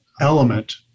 element